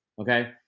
Okay